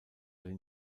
den